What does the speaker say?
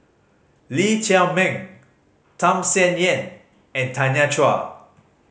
Lee Chiaw Meng Tham Sien Yen and Tanya Chua